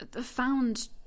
found